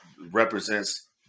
represents